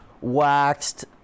waxed